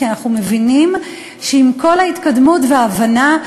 כי אנחנו מבינים שעם כל ההתקדמות וההבנה,